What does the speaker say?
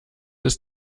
ist